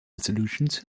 solutions